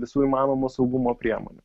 visų įmanomų saugumo priemonių